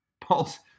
Paul's